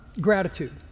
gratitude